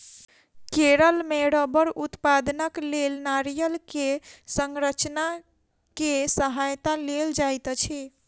केरल मे रबड़ उत्पादनक लेल नारियल के संरचना के सहायता लेल जाइत अछि